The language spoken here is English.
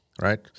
right